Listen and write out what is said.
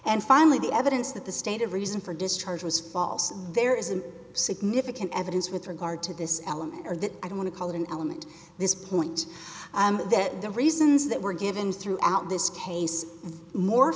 and finally the evidence that the stated reason for discharge was false there isn't significant evidence with regard to this element or that i want to call it an element this point that the reasons that were given throughout this case mor